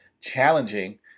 challenging